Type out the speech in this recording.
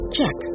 Check